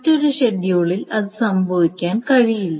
മറ്റൊരു ഷെഡ്യൂളിൽ അത് സംഭവിക്കാൻ കഴിയില്ല